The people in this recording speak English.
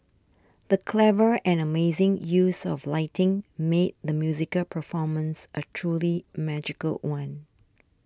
the clever and amazing use of lighting made the musical performance a truly magical one